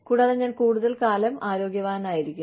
കൂടാതെ ഞാൻ കൂടുതൽ കാലം ആരോഗ്യവാനായിരിക്കും